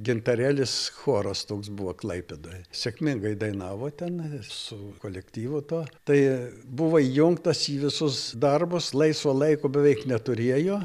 gintarėlis choras toks buvo klaipėdoj sėkmingai dainavo ten jis su kolektyvu tuo tai buvo įjungtas į visus darbus laisvo laiko beveik neturėjo